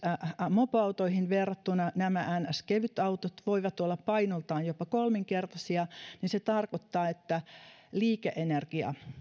mopoautoihin verrattuna nämä niin sanottu kevytautot voivat olla painoltaan jopa kolminkertaisia se tarkoittaa että liike energia